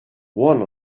one